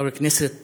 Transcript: חבר כנסת חרוץ,